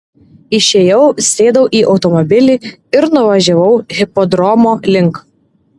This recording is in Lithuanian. išėjau sėdau į automobilį ir nuvažiavau hipodromo link